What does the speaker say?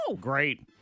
Great